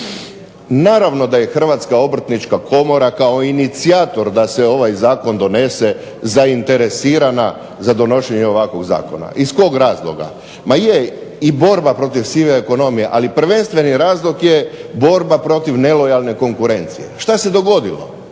Naravno da je Hrvatska obrtnička komora kao inicijator da se ovaj zakon donese zainteresirana za donošenje ovakvog zakona. Iz kog razloga? Ma je i borba protiv sive ekonomije ali prvenstveni razlog je borba protiv nelojalne konkurencije. Što se dogodilo?